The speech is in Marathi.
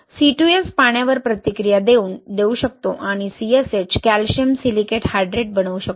C2S पाण्यावर प्रतिक्रिया देऊ शकतो आणि CSH कॅल्शियम सिलिकेट हायड्रेट बनवू शकतो